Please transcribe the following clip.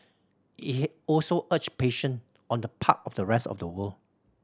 it also urged patience on the part of the rest of the world